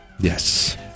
Yes